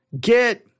get